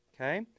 Okay